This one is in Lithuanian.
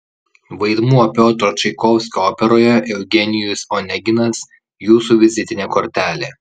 vaidmuo piotro čaikovskio operoje eugenijus oneginas jūsų vizitinė kortelė